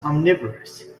omnivorous